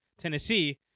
Tennessee